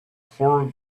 four